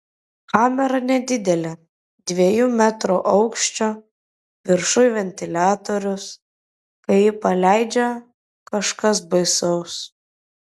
kamera nedidelė dviejų metrų aukščio viršuj ventiliatorius kai jį paleidžia kažkas baisaus